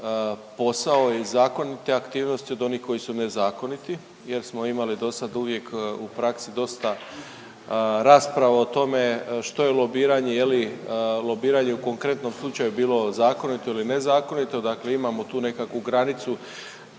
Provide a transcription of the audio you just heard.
posao i zakonite aktivnosti od onih koji su nezakoniti jer smo imali do sad uvijek u praksi dosta rasprava o tome što je lobiranje, je li lobiranje u konkretnom slučaju bilo zakonito ili nezakonito. Dakle imamo tu nekakvu granicu,